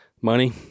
money